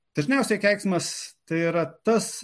pirmiausia keiksmas tai yra tas